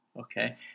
Okay